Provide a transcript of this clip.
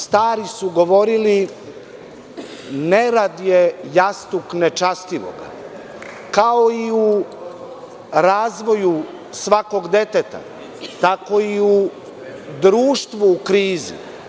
Stari su govorili nerad je jastuk nečastivog, kao i u razvoju svakog deteta, tako i u društvu u krizi.